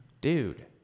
dude